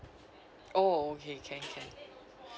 oh okay can can